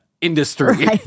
industry